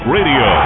Radio